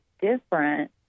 different